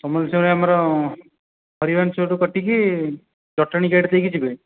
ସମଲେଶ୍ୱରୀ ଆମର ହରିହର ଛକରୁ କଟିକି ଜଟଣୀ ଗେଟ୍ ଦେଇକି ଯିବେ